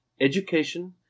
Education